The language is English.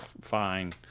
fine